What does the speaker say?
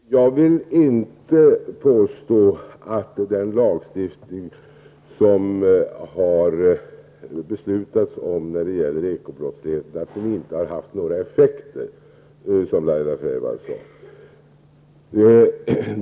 Herr talman! Jag vill inte påstå att den lagstiftning som har beslutats när det gäller ekobrottsligheten inte har haft några effekter -- som Laila Freivalds sade.